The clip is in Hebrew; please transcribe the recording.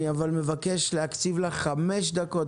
אבל אני מבקש להקציב לך חמש דקות,